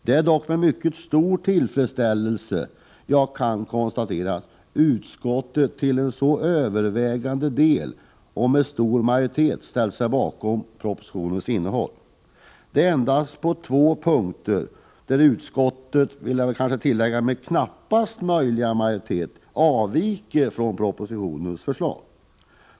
Det är dock med mycket stor tillfredsställelse som jag kan konstatera att utskottet till en så övervägande del, och med stor majoritet, ställt sig bakom propositionens innehåll. Det är endast på två punkter som utskottet — med knappast möjliga majoritet — avviker från propositionens förslag.